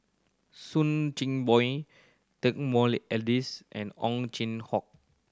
Soo Chin Bue Joaquim D'Almeida and Ow Chin Hock